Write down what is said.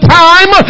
time